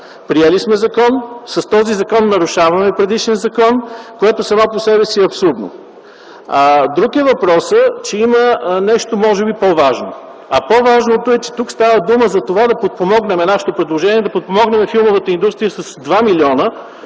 Приели сме закон. С този закон нарушаваме предишен закон, което само по себе си е абсурдно. Друг е въпросът, че има нещо, може би по-важно, а по-важното е, че тук става дума за това да подпомогнем ... Нашето предложение е да подпомогнем филмовата индустрия с 2 милиона,